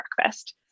breakfast